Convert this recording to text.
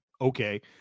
Okay